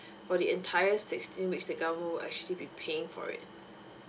for the entire sixteen weeks the government will actually be paying for it